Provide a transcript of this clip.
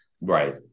right